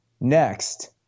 next